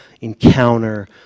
encounter